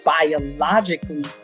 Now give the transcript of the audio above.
biologically